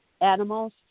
animals